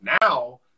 now